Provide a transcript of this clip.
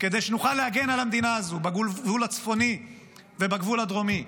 כדי שנוכל להגן על המדינה הזו בגבול הצפוני ובגבול הדרומי.